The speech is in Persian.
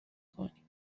کنی